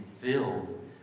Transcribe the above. filled